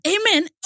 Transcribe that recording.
amen